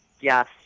Yes